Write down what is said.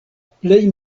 plej